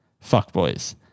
fuckboys